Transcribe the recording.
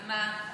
אז מה?